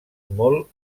molt